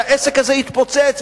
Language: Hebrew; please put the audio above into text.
שהעסק הזה יתפוצץ.